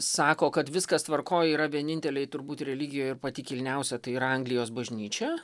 sako kad viskas tvarkoj yra vienintelėj turbūt religijoj ir pati kilniausia tai yra anglijos bažnyčia